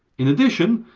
in addition,